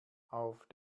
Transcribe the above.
auf